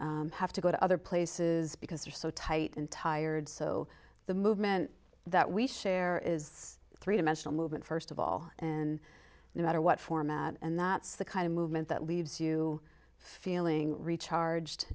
or have to go to other places because they're so tight and tired so the movement that we share is three dimensional movement first of all and no matter what format and that's the kind of movement that leaves you feeling recharged